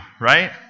right